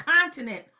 continent